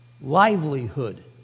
livelihood